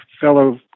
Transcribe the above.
fellow